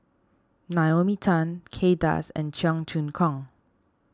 Naomi Tan Kay Das and Cheong Choong Kong